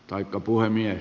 taikka puhemies